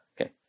Okay